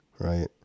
right